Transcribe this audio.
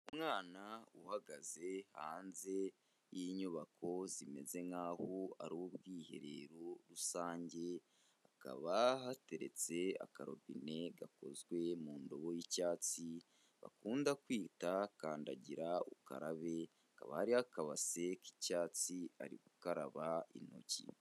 Umwana uhagaze hanze yinyubako zimeze nkaho ari ubwiherero rusange, hakaba hateretse akarobine gakozwe mu ndobo y'icyatsi, bakunda kwita kandagira ukarabeba, hari akabase k'icyatsi ari gukaraba intoki.